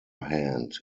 hand